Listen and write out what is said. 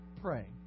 pray